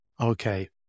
Okay